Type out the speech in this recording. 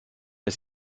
ist